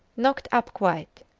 knocked up quite.